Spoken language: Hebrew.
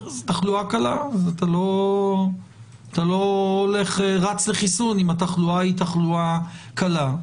ואז אתה לא רץ לחיסון אם התחלואה היא תחלואה קלה,